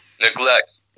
neglect